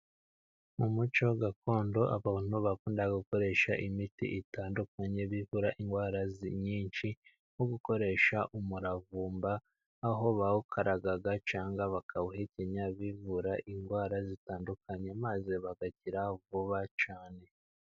Mu muco gakondo ,abantu bakunda gukoresha imiti itandukanye bivu indwara nyinshi ,nko gukoresha umuravumba ,aho bawukaragaga cyangwa bakawuhekenya bivura indwara zitandukanye ,maze bagakira vuba cyane.